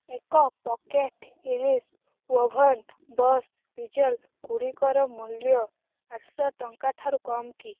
ଏକ ପକେଟ୍ ଇଲିଶ ୱଭନ ବସ୍ ପିଜ୍ଜାଗୁଡ଼ିକର ମୂଲ୍ୟ ଆଠଶହ ଟଙ୍କା ଠାରୁ କମ୍ କି